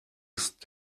ist